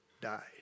died